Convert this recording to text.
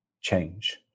change